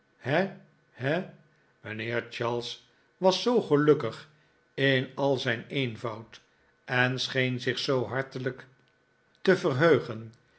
he he mijnheer charles was zoo gelukkig in a zijn eenvoud en scheen zich zoo hartelijk te verheugen